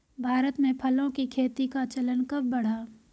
भारत में फलों की खेती का चलन कब बढ़ा?